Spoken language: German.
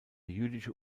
jüdische